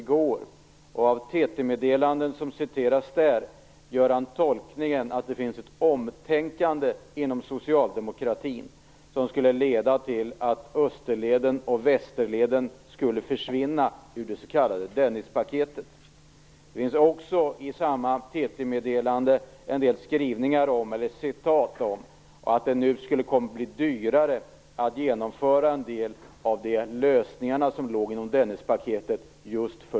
I ett TT-meddelande finns ett citat där han gör tolkningen att det finns ett omtänkande inom socialdemokratin som skulle leda till att Österleden och Västerleden försvinner ur det s.k. Dennispaketet. I TT-meddelandet finns också ett citat om att det skulle bli dyrare för stockholmarna att genomföra en del av de lösningar som ligger inom Dennispaketet.